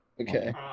okay